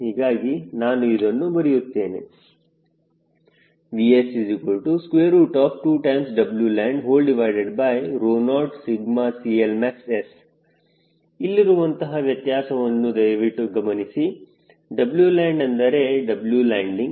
ಹೀಗಾಗಿ ನಾನು ಇದನ್ನು ಬರೆಯುತ್ತೇನೆ Vs2Wland0CLmaxS ಇಲ್ಲಿರುವಂತಹ ವ್ಯತ್ಯಾಸವನ್ನು ದಯವಿಟ್ಟು ಗಮನಿಸಿ Wland ಎಂದರೆ W ಲ್ಯಾಂಡಿಂಗ್